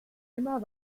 immer